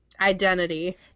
identity